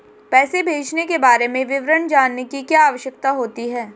पैसे भेजने के बारे में विवरण जानने की क्या आवश्यकता होती है?